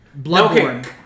Bloodborne